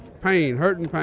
praying. hurting.